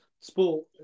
sport